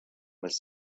was